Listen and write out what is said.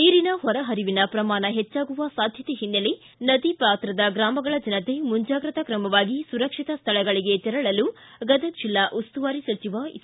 ನೀರಿನ ಹೊರಹರಿವಿನ ಪ್ರಮಾಣ ಹೆಚ್ಚಾಗುವ ಸಾಧ್ಯತೆ ಹಿನ್ನೆಲೆ ನದಿಪಾತ್ರದ ಗ್ರಾಮಗಳ ಜನತೆ ಮುಂಜಾಗ್ರತಾ ಕ್ರಮವಾಗಿ ಸುರಕ್ಷಿತ ಸ್ಥಳಗಳಿಗೆ ತೆರಳಲು ಗದಗ ಜಿಲ್ಲಾ ಉಸ್ತುವಾರಿ ಸಚಿವ ಸಿ